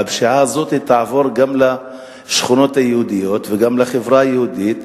והפשיעה הזאת תעבור גם לשכונות היהודיות וגם לחברה היהודית,